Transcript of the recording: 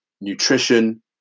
nutrition